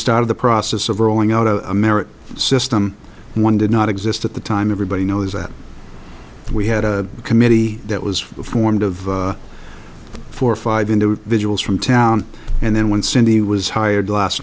started the process of rolling out a merit system one did not exist at the time everybody knows that we had a committee that was formed of four or five individuals from town and then when cindy was hired last